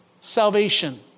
salvation